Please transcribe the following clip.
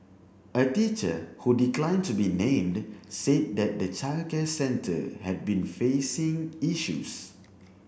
a teacher who declined to be named said that the childcare centre had been facing issues